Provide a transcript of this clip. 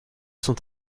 sont